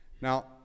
Now